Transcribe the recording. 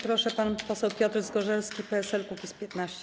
Proszę, pan poseł Piotr Zgorzelski, PSL-Kukiz15.